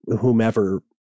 whomever